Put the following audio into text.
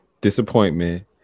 disappointment